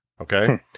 okay